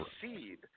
seed